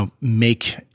make